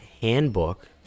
handbook